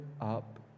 up